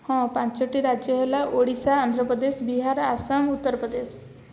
ହଁ ପାଞ୍ଚଟି ରାଜ୍ୟ ହେଲା ଓଡ଼ିଶା ଆନ୍ଧ୍ର ପ୍ରଦେଶ ବିହାର ଆସାମ ଉତ୍ତର ପ୍ରଦେଶ